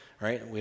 right